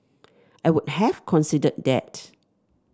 I would have considered that